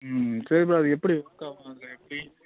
ம் சரி ப்ரோ அது எப்படி ஒர்க் ஆகும் அதில் எப்படி